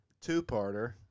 Two-parter